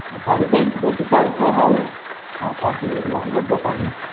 বাড়িতেই বেশি কাজটা হয় আর বাকিগুলো আপনার দোকানে